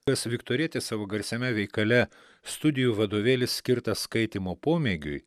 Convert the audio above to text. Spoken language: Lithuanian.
tas viktorietis savo garsiame veikale studijų vadovėlis skirtas skaitymo pomėgiui